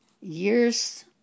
Years